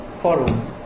forum